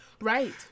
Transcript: right